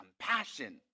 compassion